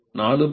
5 W m 2